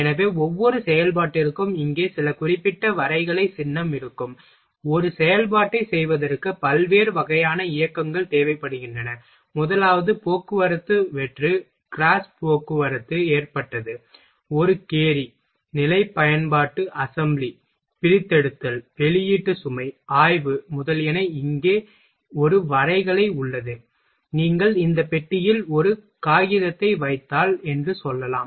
எனவே ஒவ்வொரு செயல்பாட்டிற்கும் இங்கே சில குறிப்பிட்ட வரைகலை சின்னம் இருக்கும் ஒரு செயல்பாட்டைச் செய்வதற்கு பல்வேறு வகையான இயக்கங்கள் தேவைப்படுகின்றன முதலாவது போக்குவரத்து வெற்று கிராஸ் போக்குவரத்து ஏற்றப்பட்டது ஒரு கேரி நிலை பயன்பாட்டு அசெம்பிளி பிரித்தெடுத்தல் வெளியீட்டு சுமை ஆய்வு முதலியன இங்கே இங்கே ஒரு வரைகலை உள்ளது நீங்கள் இந்த பெட்டியில் ஒரு காகிதத்தை வைத்தால் என்று சொல்லலாம்